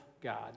God